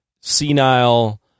senile